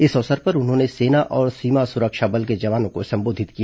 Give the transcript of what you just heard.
इस अवसर पर उन्होंने सेना और सीमा सुरक्षा बल के जवानों को संबोधित किया